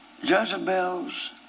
Jezebel's